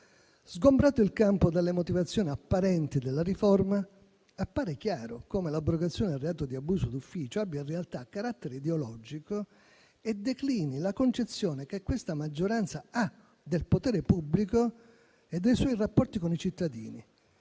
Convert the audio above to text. Sgombrato il campo dalle motivazioni apparenti della riforma, appare chiaro come l'abrogazione del reato di abuso d'ufficio abbia, in realtà, carattere ideologico e declini la concezione che questa maggioranza ha del potere pubblico e dei suoi rapporti con i cittadini.